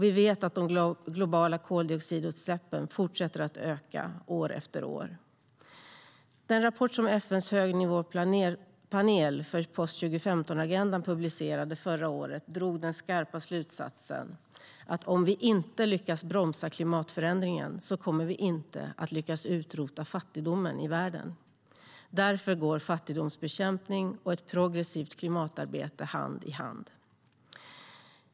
Vi vet att de globala koldioxidutsläppen fortsätter att öka år efter år.I den rapport som FN:s högnivåpanel för post-2015-agendan publicerade förra året drog man den skarpa slutsatsen att om vi inte lyckas bromsa klimatförändringen kommer vi inte heller att lyckas utrota fattigdomen i världen. Därför går fattigdomsbekämpning och ett progressivt klimatarbete hand i hand.